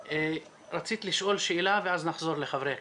את רצית לשאול שאלה ואז נחזור לחברי הכנסת.